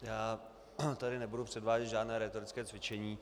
Já tady nebudu předvádět žádné rétorické cvičení.